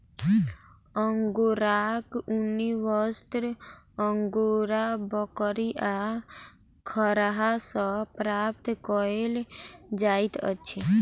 अंगोराक ऊनी वस्त्र अंगोरा बकरी आ खरहा सॅ प्राप्त कयल जाइत अछि